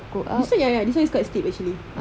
this [one] ya ya this [one] is quite steep actually